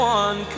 one